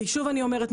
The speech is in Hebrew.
כי שוב אני אומרת,